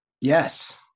Yes